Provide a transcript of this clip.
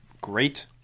great